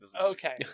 Okay